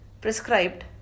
prescribed